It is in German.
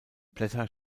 blätter